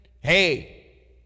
hey